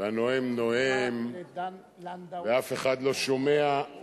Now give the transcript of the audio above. והנואם נואם ואף אחד לא שומע,